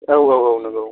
औ औ औ नोंगौ